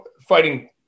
fighting